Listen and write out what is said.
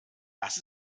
das